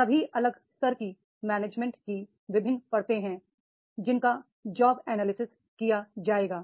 सभी अलग स्तर की मैनेजमेंट की विभिन्न परतें हैं जिनका जॉब एनालिसिस किया जाएगा